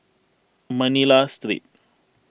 Manila Street